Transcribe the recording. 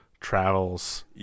travels